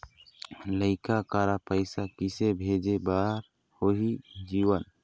लइका करा पैसा किसे भेजे बार होही जीवन